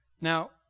Now